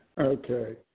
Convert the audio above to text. Okay